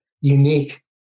unique